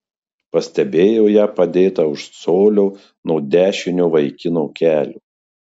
pastebėjo ją padėtą už colio nuo dešinio vaikino kelio